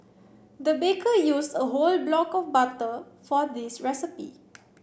the baker used a whole block of butter for this recipe